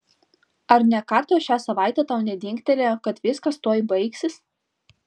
ar nė karto šią savaitę tau nedingtelėjo kad viskas tuoj baigsis